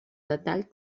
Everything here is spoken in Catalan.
detall